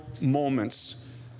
moments